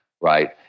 right